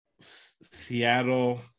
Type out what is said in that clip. seattle